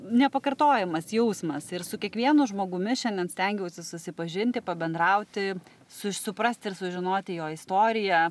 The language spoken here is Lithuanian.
nepakartojamas jausmas ir su kiekvienu žmogumi šiandien stengiausi susipažinti pabendrauti suprasti ir sužinoti jo istoriją